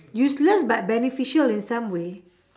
useless but beneficial in some way